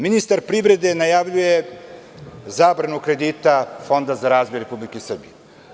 Ministar privrede najavljuje zabranu kredita Fonda za razvoj Republike Srbije.